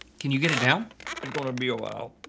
can you get it down? it's gonna be awhile.